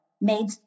made